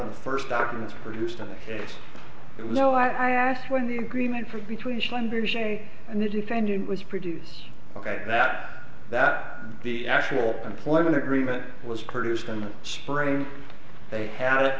of the first documents produced in the case that no i asked when the agreement for between schlumberger and the defendant was produced that that the actual employment agreement was produced in the spring they had